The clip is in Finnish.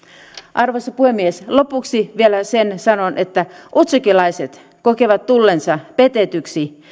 arvoisa puhemies lopuksi vielä sen sanon että utsjokelaiset kokevat tulleensa petetyksi